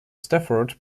stafford